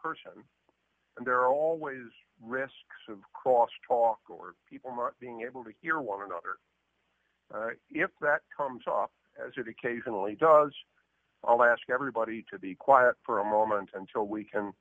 person and there are always risks of cross talk or people not being able to hear one another if that comes off as it occasionally does i'll ask everybody to be quiet for a moment until we can